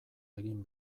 egin